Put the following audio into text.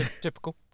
typical